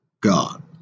God